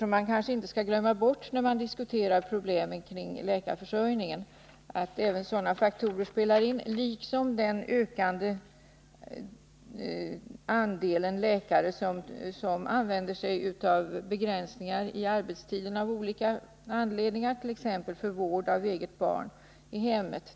Man kanske, när man diskuterar problemen kring läkarförsörjningen, inte skall glömma bort att sådana faktorer spelar in, liksom den ökande andelen läkare som använder sig av begränsningar i arbetstiden av olika anledningar, t.ex. för vård av eget barn i hemmet.